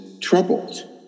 troubled